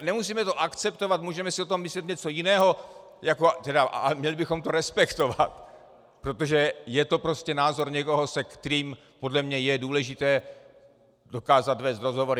Nemusíme to akceptovat, můžeme si o tom myslet něco jiného, ale měli bychom to respektovat, protože je to prostě názor někoho, se kterým podle mě je důležité dokázat vést rozhovory.